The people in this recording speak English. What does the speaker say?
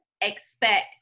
expect